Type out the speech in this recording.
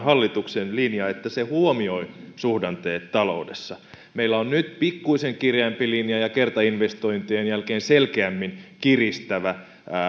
hallituksen linja että se huomioi suhdanteet taloudessa meillä on nyt pikkuisen kireämpi linja ja kertainvestointien jälkeen selkeämmin kiristävä